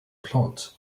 plants